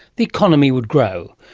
the economy would grow.